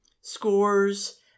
scores